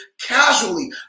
casually